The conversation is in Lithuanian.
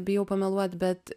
bijau pameluot bet